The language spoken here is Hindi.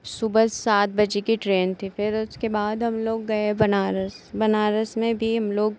सुबह सात बजे की ट्रेन थी फिर उसके बाद हम लोग गए बनारस बनारस में भी हम लोग